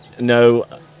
no